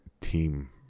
team